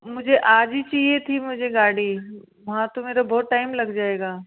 मुझे आज ही चाहिए थी मुझे गाड़ी वहाँ तो मेरा बहुत टाइम लग जाएगा